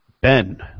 Ben